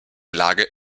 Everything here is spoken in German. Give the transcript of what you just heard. lage